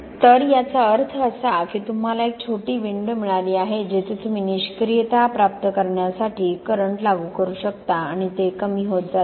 तर याचा अर्थ असा की तुम्हाला एक छोटी विंडो मिळाली आहे जिथे तुम्ही निष्क्रियता प्राप्त करण्यासाठी करंट लागू करू शकता आणि ते कमी होत जाते